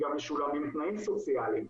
גם משולמים תנאים סוציאליים,